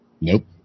Nope